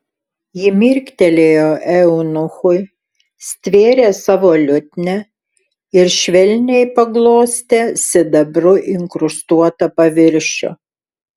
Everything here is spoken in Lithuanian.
ji mirktelėjo eunuchui stvėrė savo liutnią ir švelniai paglostė sidabru inkrustuotą paviršių